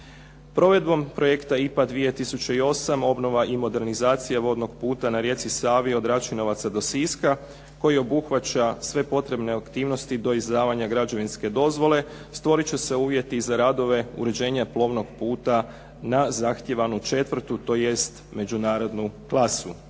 Provedbom projekta IPA 2008 obnova i modernizacija vodnog puta na rijeci Savi od Račinovaca do Siska, koji obuhvaća sve potrebne aktivnosti do izdavanja građevinske dozvole, stvorit će se uvjeti za radove uređenja plovnog puta na zahtijevanu četvrtu, tj. međunarodnu klasu.